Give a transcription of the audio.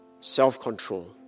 self-control